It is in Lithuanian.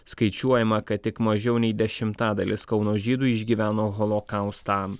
skaičiuojama kad tik mažiau nei dešimtadalis kauno žydų išgyveno holokaustą